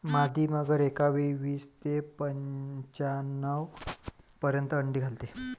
मादी मगर एकावेळी वीस ते पंच्याण्णव पर्यंत अंडी घालते